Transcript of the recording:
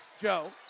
Joe